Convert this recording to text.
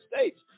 States